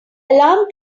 alarm